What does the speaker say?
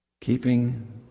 Keeping